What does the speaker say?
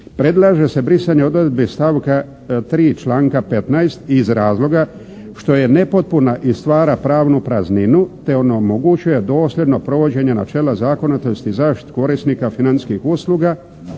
Predlaže se brisanje odredbi stavka 3. članka 15. iz razloga što je nepotpuna i stvara pravnu prazninu, te onemogućuje dosljedno provođenje načela zakonitosti i zaštitu korisnika financijskih usluga,